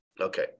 Okay